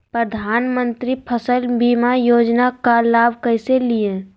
प्रधानमंत्री फसल बीमा योजना का लाभ कैसे लिये?